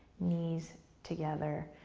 knees together.